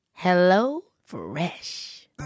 HelloFresh